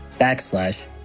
backslash